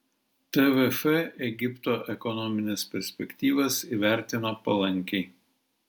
tvf egipto ekonomines perspektyvas įvertino palankiai